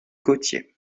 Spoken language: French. gautier